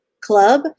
club